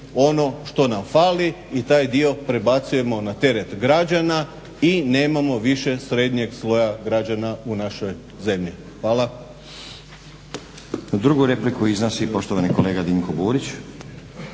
ono što nam fali i taj dio prebacujemo na terete građana i nemamo više srednjeg sloja građana u našoj zemlji. Hvala.